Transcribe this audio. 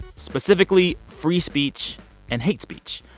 specifically free speech and hate speech.